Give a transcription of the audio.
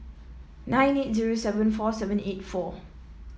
nine eight zero seven four seven eight four